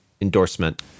endorsement